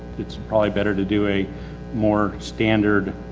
it's probably better to do a more standard.